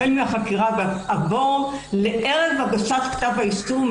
החל מן החקירה ועבור לערב הגשת כתב האישום,